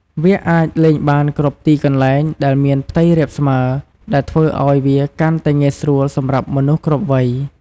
វាអាចលេងបានគ្រប់ទីកន្លែងដែលមានផ្ទៃរាបស្មើ ដែលធ្វើឱ្យវាកាន់តែងាយស្រួលសម្រាប់មនុស្សគ្រប់វ័យ។